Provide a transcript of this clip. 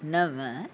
नव